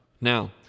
Now